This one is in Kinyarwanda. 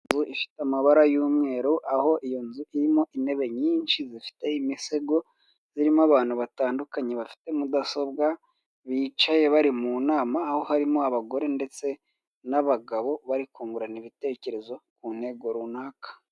Inzu ifite amabara y'umweru, aho iyo nzu irimo intebe nyinshi zifite imisego, irimo abantu batandukanye bafite mudasobwa, bicaye bari mu nama aho harimo abagore ndetse n'abagabo bari kungurana ibitekerezo ku ntego runaka.